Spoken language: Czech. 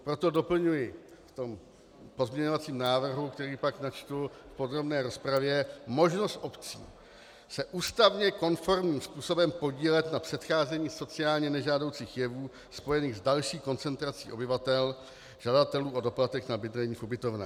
Proto doplňuji v pozměňovacím návrhu, který pak načtu v podrobné rozpravě, možnost obcí se ústavně konformním způsobem podílet na předcházení sociálně nežádoucích jevů spojených s další koncentrací obyvatel, žadatelů o doplatek na bydlení v ubytovnách.